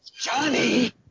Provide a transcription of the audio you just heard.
Johnny